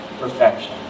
perfection